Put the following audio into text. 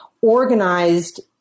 organized